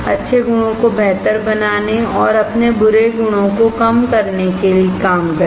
अच्छे गुणों को बेहतर बनाने और अपने बुरे गुणों को कम करने के लिए काम करें